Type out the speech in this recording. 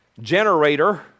generator